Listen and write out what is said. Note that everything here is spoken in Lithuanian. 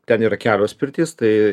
ten yra kelios pirtys tai